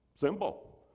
simple